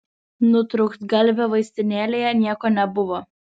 nutrūktgalvio vaistinėlėje nieko nebuvo